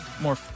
More